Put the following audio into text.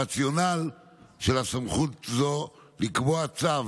הרציונל של סמכות לקבוע צו